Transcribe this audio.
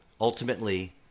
ultimately